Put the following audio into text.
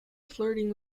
flirting